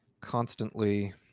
constantly